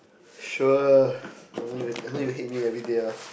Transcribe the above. sure I know you I know you hate me everyday ah